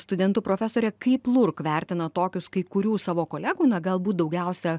studentu profesore kaip lurk vertina tokius kai kurių savo kolegų na galbūt daugiausia